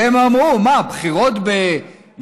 והם אמרו, מה, בחירות ביוני?